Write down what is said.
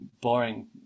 boring